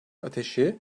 ateşi